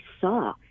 saw